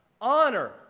Honor